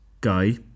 guy